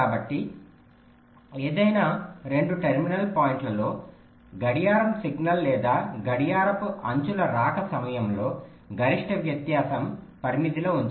కాబట్టి ఏదైనా 2 టెర్మినల్ పాయింట్లలో గడియారం సిగ్నల్ లేదా గడియారపు అంచుల రాక సమయంలో గరిష్ట వ్యత్యాసం పరిమితిలో ఉంచాలి అర్థమైంది కదూ